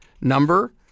number